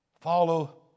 Follow